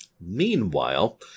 Meanwhile